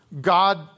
God